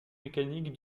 mécaniques